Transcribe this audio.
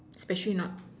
especially not